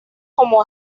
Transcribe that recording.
como